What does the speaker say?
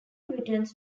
returns